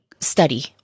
study